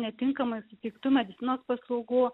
netinkamai suteiktų medicinos paslaugų